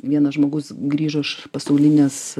vienas žmogus grįžo iš pasaulinės